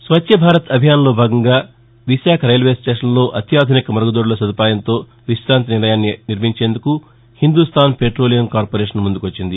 స్వచ్చ భారత్ అభియాన్లో భాగంగా విశాఖ రైల్వే స్టేషన్లో అత్యాధునిక మరుగుదొడ్ల సదుపాయంతో వికాంతి నిలయాన్ని నిర్మించేందుకు హిందూస్టాన్ పెట్రోలియం కార్పొరేషన్ ముందుకొచ్చింది